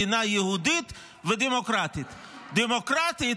מדינה יהודית ודמוקרטית, דמוקרטית,